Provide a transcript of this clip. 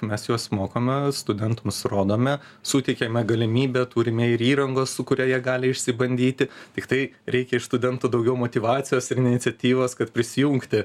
mes juos mokome studentams rodome suteikiame galimybę turime ir įrangos su kuria jie gali išsibandyti tiktai reikia iš studentų daugiau motyvacijos ir iniciatyvos kad prisijungti